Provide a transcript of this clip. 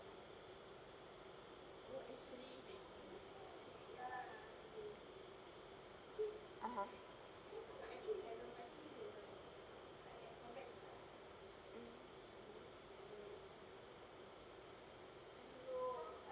(uh huh)